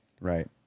Right